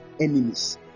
enemies